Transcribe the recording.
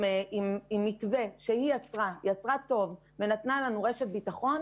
מתווה שהיא יצרה טוב ונתנה לנו רשת ביטחון.